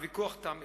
הוויכוח תם אמש,